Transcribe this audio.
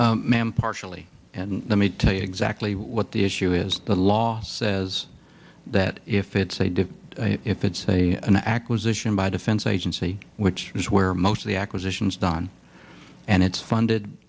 ma'am partially and let me tell you exactly what the issue is the law says that if it's a different if it's a an acquisition by defense agency which is where most of the acquisitions done and it's funded